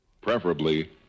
preferably